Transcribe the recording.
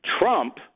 Trump